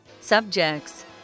Subjects